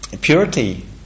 purity